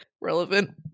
relevant